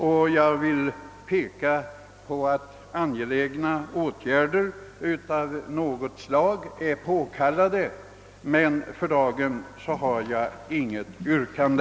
Enligt min mening är åtgärder av något slag påkallade, men för dagen har jag inget yrkande.